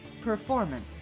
performance